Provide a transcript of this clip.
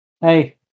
Hey